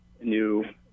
new